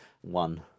one